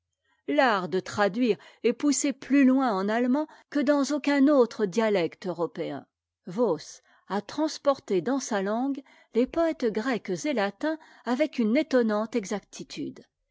l'art de traduire est poussé plus loin en a emand que dans aucun autre dialecte européen voss a transporté dans sa langue les poëtes grecs et latins avec une étonnante exactitude